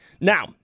Now